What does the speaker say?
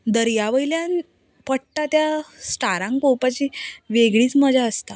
दर्यावयल्यान पडटा त्या स्टारांक पळोवपाची वेगळीच मजा आसता